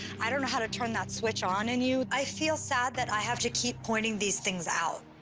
i don't know how to turn that switch on in you. i feel sad that i have to keep pointing these things out.